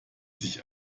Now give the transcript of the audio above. sich